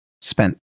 spent